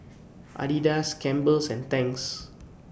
Adidas Campbell's and Tangs